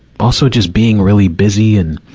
also just being really busy and,